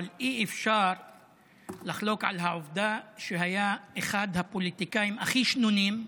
אבל אי-אפשר לחלוק על העובדה שהיה אחד הפוליטיקאים הכי שנונים,